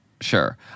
Sure